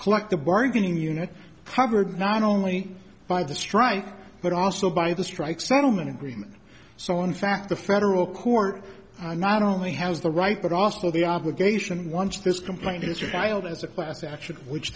collective bargaining unit covered not only by the strike but also by the strike settlement agreement so in fact the federal court not only has the right but also the obligation once this complain